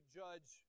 judge